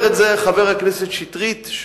אומר זאת חבר הכנסת שטרית,